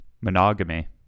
monogamy